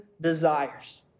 desires